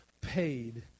paid